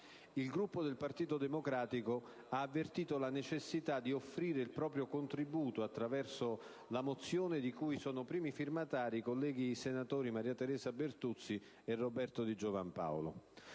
il Gruppo del Partito Democratico ha avvertito la necessità di offrire il proprio contributo attraverso la mozione di cui sono primi firmatari i colleghi senatori Maria Teresa Bertuzzi e Roberto Di Giovan Paolo.